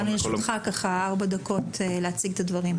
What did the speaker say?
לרשותך ארבע דקות כדי להציג את הדברים.